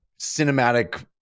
cinematic